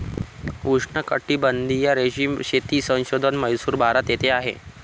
उष्णकटिबंधीय रेशीम शेती संशोधन म्हैसूर, भारत येथे आहे